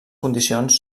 condicions